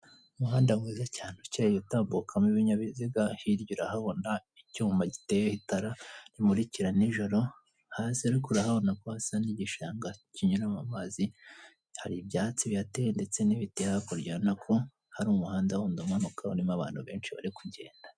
Umuhanda mwiza cyane ukeye utamukamo ibinyabiziga hirya urahabona icyuma giteyeho itara rimurikira nijoro hasi ariko urahabona ko hasa n'igishanga kinyuramo amazi hari ibyatsi bihateye ndetse n'ibiti hakurya ubona ko hari muhanda wundi umanuka urimo abantu barikugenda.